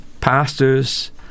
pastors